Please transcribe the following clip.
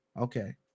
okay